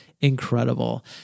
incredible